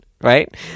right